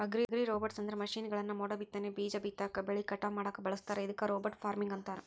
ಅಗ್ರಿರೋಬೊಟ್ಸ್ಅಂದ್ರ ಮಷೇನ್ಗಳನ್ನ ಮೋಡಬಿತ್ತನೆ, ಬೇಜ ಬಿತ್ತಾಕ, ಬೆಳಿ ಕಟಾವ್ ಮಾಡಾಕ ಬಳಸ್ತಾರ ಇದಕ್ಕ ರೋಬೋಟ್ ಫಾರ್ಮಿಂಗ್ ಅಂತಾರ